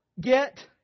get